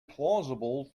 plausible